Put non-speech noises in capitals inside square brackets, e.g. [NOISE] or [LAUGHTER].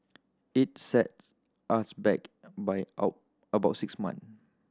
it sets us back by [UNINTELLIGIBLE] about six month